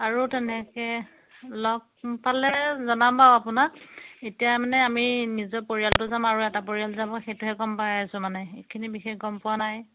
আৰু তেনেকৈ লগ পালে জনাম বাৰু আপোনাক এতিয়া মানে আমি নিজৰ পৰিয়ালটো যাম আৰু এটা পৰিয়াল যাব সেইটোহে গম পাই আছোঁ মানে ইখিনি বিশেষ গম পোৱা নাই